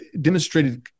demonstrated